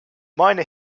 minor